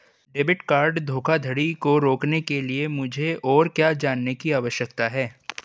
Debit card धोखाधड़ी को रोकने के लिए मुझे और क्या जानने की आवश्यकता है?